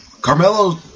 Carmelo